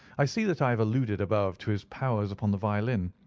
i see that i have alluded above to his powers upon the violin.